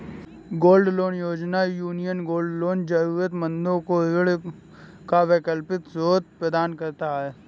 gold loan योजना, union gold loan जरूरतमंदों को ऋण का वैकल्पिक स्रोत प्रदान करता है